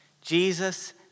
Jesus